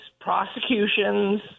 prosecutions